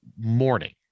morning